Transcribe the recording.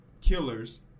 killers